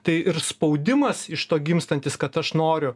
tai ir spaudimas iš to gimstantis kad aš noriu